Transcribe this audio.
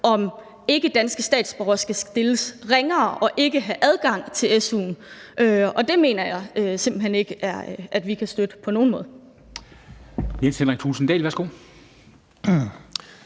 om ikkedanske statsborgere skal stilles ringere og ikke have adgang til su'en, og det mener jeg simpelt hen ikke at vi kan støtte på nogen måde.